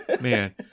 man